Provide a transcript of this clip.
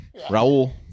Raul